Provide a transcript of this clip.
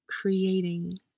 creating